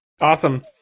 awesome